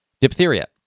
Diphtheria